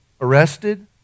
arrested